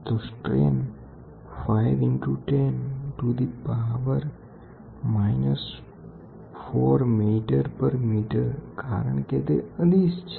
તો strain 5 into 10 ની ઋણ 4 ઘાત મીટર પ્રતિ મીટર કારણકે તે અદિશ રાશિ છે